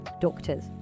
doctors